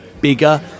bigger